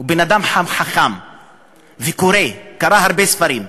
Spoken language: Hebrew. הוא בן-אדם חכם שקרא הרבה ספרים,